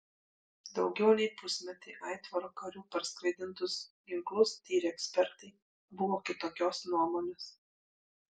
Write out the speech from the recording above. daugiau nei pusmetį aitvaro karių parskraidintus ginklus tyrę ekspertai buvo kitokios nuomonės